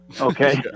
Okay